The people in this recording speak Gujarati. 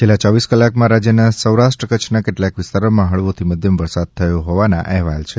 છેલ્લા યોવીસ કલાકમાં રાજ્યના સૌરાષ્ટ્ર કચ્છના કેટલાંક વિસ્તારમાં હળવોથી મધ્યમ વરસાદ થયો હોવાના અહેવાલ છે